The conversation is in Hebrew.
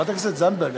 חברת הכנסת זנדברג,